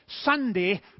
Sunday